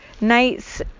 nights